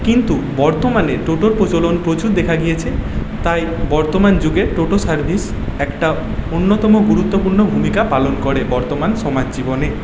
কিন্তু বর্তমানে টোটোর প্রচলন প্রচুর দেখা গিয়েছে তাই বর্তমান যুগে টোটো সার্ভিস একটা অন্যতম গুরুত্বপূর্ণ ভূমিকা পালন করে বর্তমান সমাজ জীবনে